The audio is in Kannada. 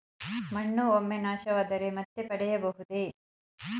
ಮಣ್ಣು ಒಮ್ಮೆ ನಾಶವಾದರೆ ಮತ್ತೆ ಪಡೆಯಬಹುದೇ?